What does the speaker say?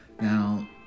Now